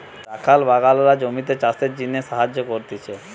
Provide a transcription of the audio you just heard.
রাখাল বাগলরা জমিতে চাষের জিনে সাহায্য করতিছে